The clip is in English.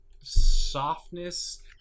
softness